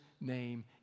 name